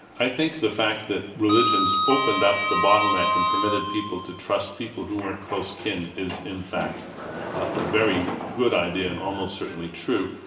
i think the fact that religion's opened up the bottleneck and permitted people to trust people who weren't close kin is in fact a very good idea and almost certainly true.